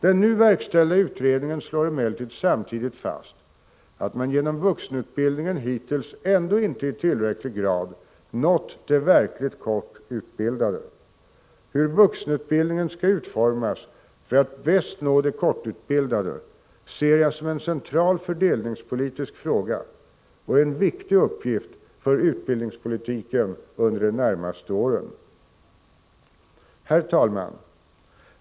Den nu verkställda utredningen slår emellertid samtidigt fast att man genom vuxenutbildningen hittills ändå inte i tillräcklig grad nått de verkligt kortutbildade. Hur vuxenutbildningen skall utformas för att bäst nå de kortutbildade ser jag som en central fördelningspolitisk fråga och en viktig uppgift för utbildningspolitiken under de närmaste åren. Herr talman!